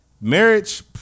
Marriage